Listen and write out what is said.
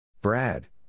Brad